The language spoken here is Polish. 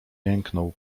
jęknął